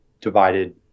divided